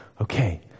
Okay